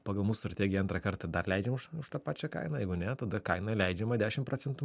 pagal mūsų strategiją antrą kartą dar leidžiam už už tą pačią kainą jeigu ne tada kaina leidžiama dešim pracentų